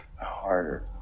Harder